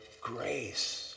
grace